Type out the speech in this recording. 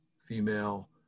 female